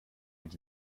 mit